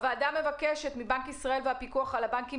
הוועדה מבקשת מבנק ישראל והפיקוח על הבנקים